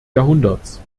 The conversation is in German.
jahrhunderts